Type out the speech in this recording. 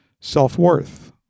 Self-worth